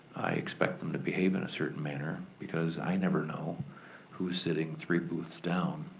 i expect them to behave in a certain manner because i never now who's sitting three booths down.